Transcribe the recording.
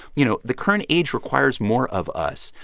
you know, the current age requires more of us.